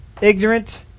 ignorant